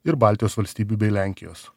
ir baltijos valstybių bei lenkijos